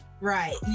right